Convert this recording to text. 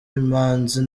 imanzi